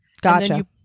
Gotcha